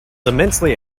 immensely